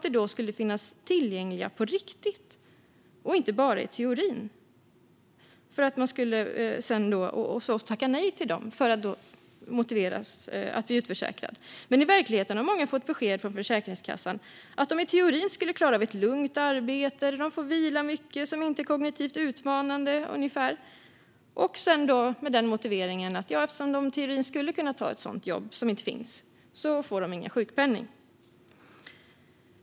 Dessa skulle finnas tillgängliga på riktigt, inte bara i teorin, och om man sedan kanske tackade nej till dem blev man utförsäkrad. Men i verkligheten har många fått besked från Försäkringskassan att de i teorin skulle klara av ett lugnt arbete där de får vila mycket och som inte är kognitivt utmanande. Med motiveringen att de i teorin skulle kunna ta ett sådant jobb - som inte finns - får de ingen sjukpenning.